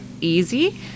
easy